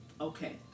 Okay